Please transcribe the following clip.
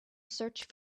search